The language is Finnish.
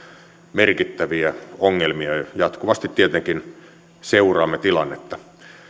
merkittäviä ongelmia jatkuvasti tietenkin seuraamme tilannetta